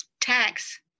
tax